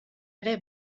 ere